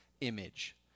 image